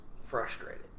frustrated